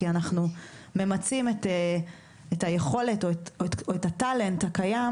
כי אנחנו ממצים את היכולת או את הטאלנט הקיים